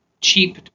cheap